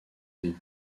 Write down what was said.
des